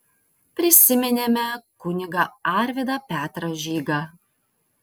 prisiminėme kunigą arvydą petrą žygą